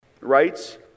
rights